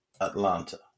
Atlanta